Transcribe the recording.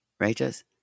Righteous